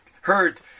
hurt